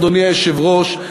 אדוני היושב-ראש,